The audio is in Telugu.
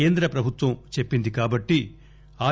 కేంద్ర ప్రభుత్వం చెప్పింది కాబట్లే ఆర్